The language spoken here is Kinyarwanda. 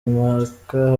impaka